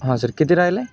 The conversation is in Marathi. हां सर किती राहिलं आहे